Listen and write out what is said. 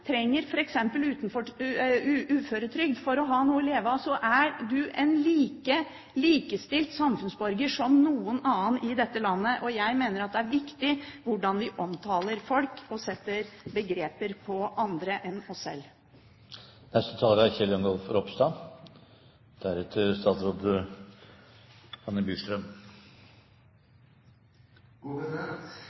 trenger f.eks. uføretrygd for å ha noe å leve av, er du en like likestilt samfunnsborger som noen annen i dette landet. Jeg mener det er viktig hvordan vi omtaler folk og setter begreper på andre enn oss selv. Generelt er